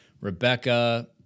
Rebecca